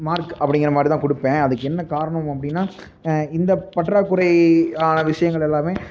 mark அப்படிங்கிற மாதிரி தான் கொடுப்பேன் அதுக்கு என்ன காரணம் அப்படின்னா இந்த பற்றாக்குறையான விஷயங்கள் எல்லாமே